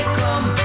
come